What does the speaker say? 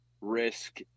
risk